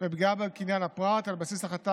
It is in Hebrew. ועל הפגיעה בקניין הפרט על בסיס החלטה